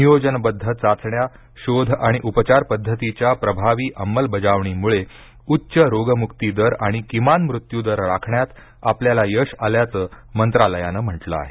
नियोजनबद्ध चाचण्या शोध आणि उपचार पध्दतीच्या प्रभावी अंमलबजावणीमुळे उच्च रोगमुक्ती दर आणि किमान मृत्यू दर राखण्यात आपल्याला यश आल्याचं मंत्रालयानं म्हटल आहे